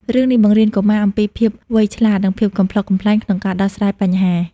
រឿងនេះបង្រៀនកុមារអំពីភាពវៃឆ្លាត និងភាពកំប្លុកកំប្លែងក្នុងការដោះស្រាយបញ្ហា។